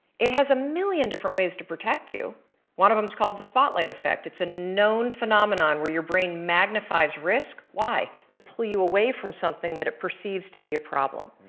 it has a million different ways to protect you one of them is called the spotlight effect. it's a known phenomenon where your brain magnifies risk, why? to pull you away from something that it perceives to be a problem.